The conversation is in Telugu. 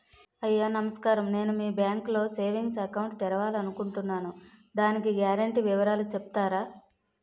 అయ్యా నమస్కారం నేను మీ బ్యాంక్ లో సేవింగ్స్ అకౌంట్ తెరవాలి అనుకుంటున్నాను దాని గ్యారంటీ వివరాలు చెప్తారా?